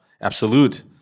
absolute